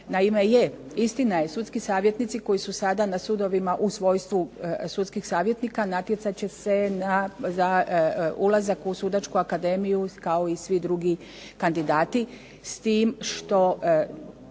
Naime, je istina je, sudski savjetnici koji su sada na sudovima u svojstvu sudskih savjetnika natjecat će se za ulazak u Sudačku akademiju kao i svi drugi kandidati, s tim što